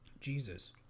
Jesus